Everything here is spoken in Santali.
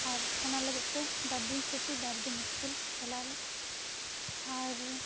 ᱟᱨ ᱚᱱᱟ ᱞᱟᱹᱜᱤᱫᱛᱮ ᱵᱟᱨᱫᱤᱱ ᱪᱷᱩᱴᱤ ᱵᱟᱨᱫᱤᱱ ᱥᱠᱩᱞ ᱪᱟᱞᱟᱜ ᱟᱞᱮ ᱟᱨ